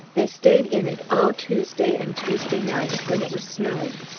they stayed in it all tuesday and tuesday night, when it was snowing.